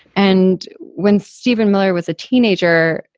and when steven miller was a teenager,